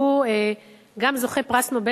שהוא גם זוכה פרס נובל,